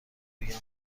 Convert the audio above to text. بگم